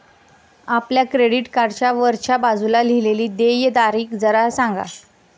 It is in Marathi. आपल्या क्रेडिट कार्डच्या वरच्या बाजूला लिहिलेली देय तारीख जरा सांगा